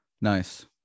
Nice